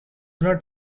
not